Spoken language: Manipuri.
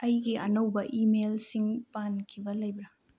ꯑꯩꯒꯤ ꯑꯅꯧꯕ ꯏꯤꯃꯦꯜꯁꯤꯡ ꯄꯥꯟꯈꯤꯕ ꯂꯩꯕ꯭ꯔꯥ